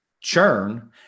churn